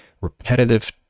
repetitive